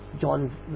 John